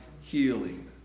healing